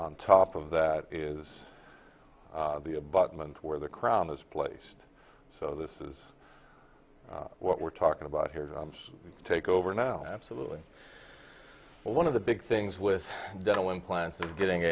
on top of that is the abutment where the crown is placed so this is what we're talking about here to take over now absolutely well one of the big things with dental implants is getting